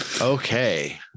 Okay